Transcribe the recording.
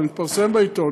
זה מתפרסם בעיתון,